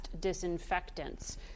disinfectants